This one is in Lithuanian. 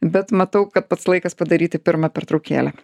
bet matau kad pats laikas padaryti pirmą pertraukėlę